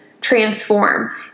transform